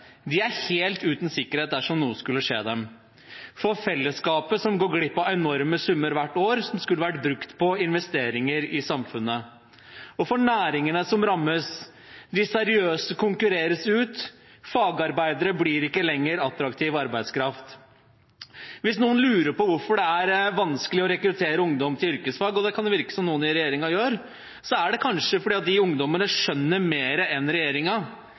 som er helt uten sikkerhet dersom noe skulle skje dem, for fellesskapet som går glipp av enorme summer hvert år som skulle vært brukt på investeringer i samfunnet, og for næringene som rammes. De seriøse utkonkurreres. Fagarbeidere blir ikke lenger attraktiv arbeidskraft. Hvis noen lurer på hvorfor det er vanskelig å rekruttere ungdom til yrkesfag, og det kan det virke som om noen i regjeringen gjør, så er det kanskje fordi disse ungdommene skjønner mer enn